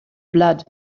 blood